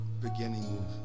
beginning